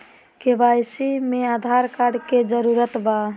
KYC में Aadhaar card के जरूरत बा?